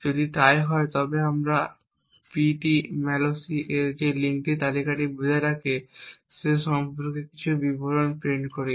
যদি তাই হয় তবে আমরা ptmalloc যে লিঙ্ক তালিকাটি বজায় রাখে সে সম্পর্কে কিছু বিবরণ প্রিন্ট করি